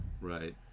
Right